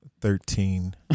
Thirteen